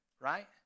right